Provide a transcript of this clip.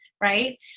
right